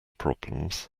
problems